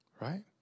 Right